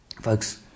Folks